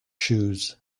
shoes